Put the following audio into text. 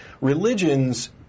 Religions